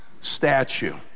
statue